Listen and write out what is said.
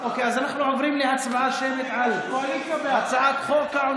אוקיי, אז אנחנו עוברים להצבעה שמית על הצעת חוק,